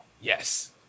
Yes